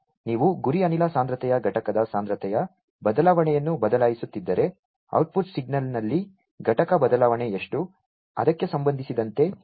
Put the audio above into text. ನೀವು ಗುರಿ ಅನಿಲ ಸಾಂದ್ರತೆಯ ಘಟಕದ ಸಾಂದ್ರತೆಯ ಬದಲಾವಣೆಯನ್ನು ಬದಲಾಯಿಸುತ್ತಿದ್ದರೆ ಔಟ್ಪುಟ್ ಸಿಗ್ನಲ್ನಲ್ಲಿ ಘಟಕ ಬದಲಾವಣೆ ಎಷ್ಟು ಅದಕ್ಕೆ ಸಂಬಂಧಿಸಿದಂತೆ